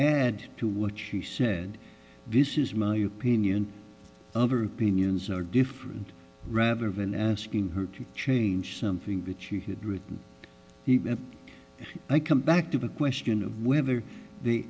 add to what she said this is my opinion other opinions are different rather than asking her to change something that you had written i come back to the question of whether they